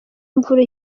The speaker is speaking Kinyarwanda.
imvura